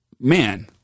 Man